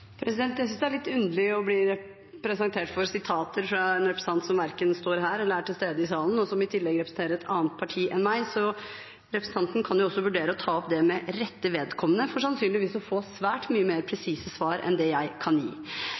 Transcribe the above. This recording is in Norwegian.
Jeg synes det er litt underlig å bli presentert for sitater fra en representant som verken står her eller er til stede i salen, og som i tillegg representerer et annet parti enn meg. Representanten kan jo vurdere å ta opp det med rette vedkommende for sannsynligvis å få svært mye mer presise svar enn jeg kan gi.